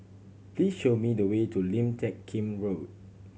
please show me the way to Lim Teck Kim Road